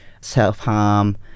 self-harm